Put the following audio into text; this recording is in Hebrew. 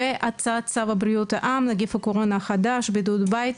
והצעת צו בריאות העם (נגיף הקורונה החדש) (בידוד בית